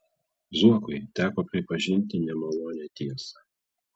zuokui teko pripažinti nemalonią tiesą